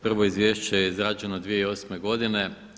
Prvo izvješće je izrađeno 2008. godine.